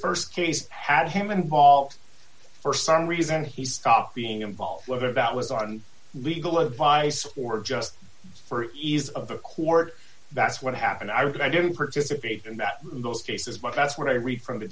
case had him involved for some reason he stopped being involved whether that was on legal advice or just for ease of the court that's what happened i didn't participate in that those cases but that's what i read from the